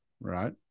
right